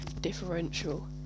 differential